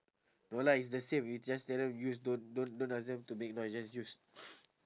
no lah it's the same you just tell them use don't don't don't ask them to make noise just use